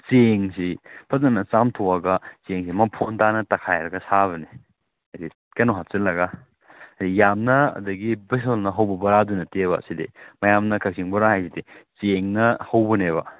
ꯆꯦꯡꯁꯤ ꯐꯖꯅ ꯆꯥꯝꯊꯣꯛꯑꯒ ꯆꯦꯡꯁꯤ ꯃꯐꯣꯟ ꯇꯥꯅ ꯇꯛꯈꯥꯏꯔꯒ ꯁꯥꯕꯅꯦ ꯍꯥꯏꯗꯤ ꯀꯩꯅꯣ ꯍꯥꯞꯆꯜꯂꯒ ꯍꯥꯏꯗꯤ ꯌꯥꯝꯅ ꯑꯗꯒꯤ ꯕꯦꯁꯣꯟꯅ ꯍꯧꯕ ꯕꯣꯔꯥꯗꯣ ꯅꯠꯇꯦꯕ ꯁꯤꯗꯤ ꯃꯌꯥꯝꯅ ꯀꯥꯛꯆꯤꯡ ꯕꯣꯔꯥ ꯍꯥꯏꯁꯤꯗꯤ ꯆꯦꯡꯅ ꯍꯧꯕꯅꯦꯕ